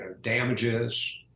damages